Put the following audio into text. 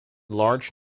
large